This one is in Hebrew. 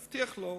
הוא הבטיח לו,